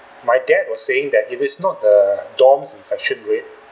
my dad was saying that it is not the dorms infection rate